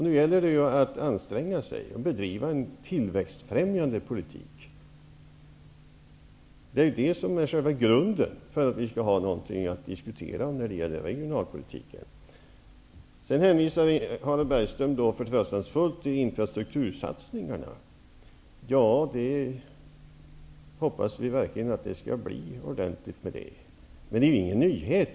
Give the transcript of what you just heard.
Nu gäller det att anstränga sig och bedriva en tillväxtfrämjande politik. Det är själva grunden för att vi skall ha något att diskutera när det gäller regionalpolitiken. Vidare hänvisar Harald Bergström förtröstansfullt till infrastruktursatsningarna. Ja, vi hoppas verkligen att det skall bli något ordentligt med dem, men de är inte någon nyhet.